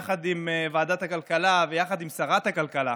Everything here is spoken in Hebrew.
יחד עם ועדת הכלכלה ויחד עם שרת הכלכלה,